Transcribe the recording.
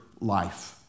life